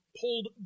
pulled